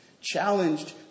challenged